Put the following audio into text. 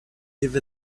give